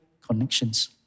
connections